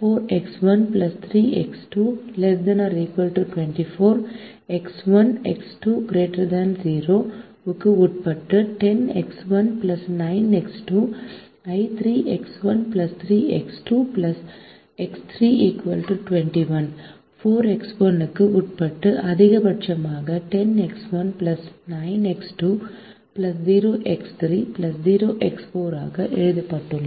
4X1 3X2 ≤ 24 X1 X2 ≥ 0 க்கு உட்பட்டு 10X1 9X2 ஐ 3X1 3X2 X3 21 4X1 க்கு உட்பட்டு அதிகபட்சமாக 10X1 9X2 0X3 0X4 ஆக எழுதப்பட்டுள்ளது